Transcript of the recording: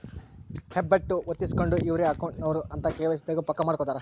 ಹೆಬ್ಬೆಟ್ಟು ಹೊತ್ತಿಸ್ಕೆಂಡು ಇವ್ರೆ ಅಕೌಂಟ್ ನವರು ಅಂತ ಕೆ.ವೈ.ಸಿ ದಾಗ ಪಕ್ಕ ಮಾಡ್ಕೊತರ